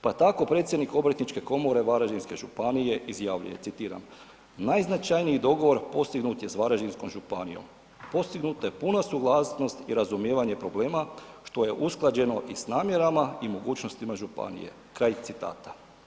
Pa tako predsjednik Obrtničke komore Varaždinske županije izjavljuje, citiram „Najznačajniji dogovor postignut je s Varaždinskom županijom, postignuta je puna suglasnost i razumijevanje problema što je usklađeno i s namjerama i mogućnostima županije“ kraj citata.